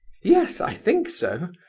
yes, i think so!